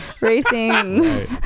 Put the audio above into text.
racing